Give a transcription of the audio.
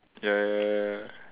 ya ya ya ya ya